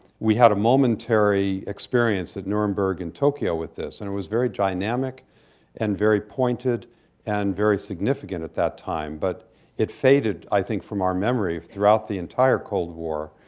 we had a momentary experience at nuremberg and tokyo with this, and it was very dynamic and very pointed and very significant at that time. but it faded, i think, from our memory throughout the entire cold war,